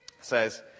says